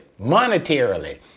monetarily